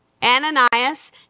Ananias